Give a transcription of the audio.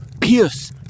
pierce